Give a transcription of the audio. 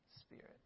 Spirit